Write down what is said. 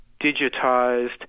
digitized